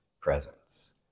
presence